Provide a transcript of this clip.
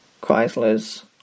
Chrysler's